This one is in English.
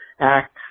act